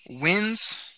wins